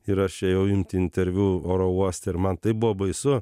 ir aš ėjau imti interviu oro uoste ir man taip buvo baisu